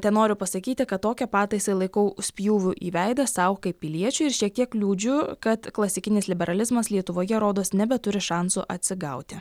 tenoriu pasakyti kad tokią pataisą laikau spjūviu į veidą sau kaip piliečiui ir šiek tiek liūdžiu kad klasikinis liberalizmas lietuvoje rodos nebeturi šansų atsigauti